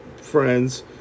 friends